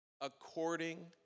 according